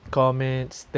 comments